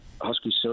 Husky